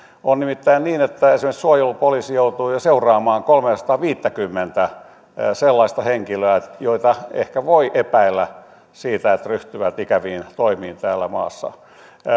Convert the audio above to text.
on nimittäin niin että esimerkiksi suojelupoliisi joutuu jo seuraamaan kolmeasataaviittäkymmentä sellaista henkilöä joita ehkä voi epäillä siitä että he ryhtyvät ikäviin toimiin täällä maassa